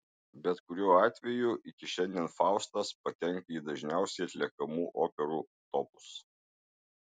bet kuriuo atveju iki šiandien faustas patenka į dažniausiai atliekamų operų topus